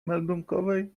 meldunkowej